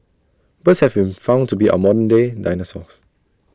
birds have been found to be our modern day dinosaurs